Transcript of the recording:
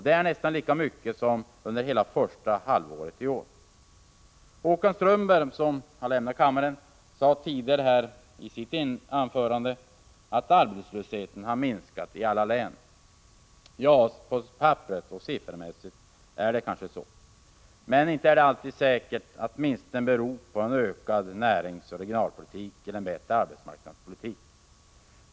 Det är nästan lika mycket som under hela första halvåret i år. Håkan Strömberg, som har lämnat kammaren, sade i sitt anförande tidigare att arbetslösheten har minskat i alla län. På papperet och siffermässigt är det kanske så, men det är inte alltid säkert att minskningen beror på en aktivare näringsoch regionalpolitik eller en bättre arbetsmarknadspolitik.